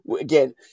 again